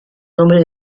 nombre